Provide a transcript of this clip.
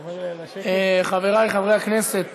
חברי חברי הכנסת,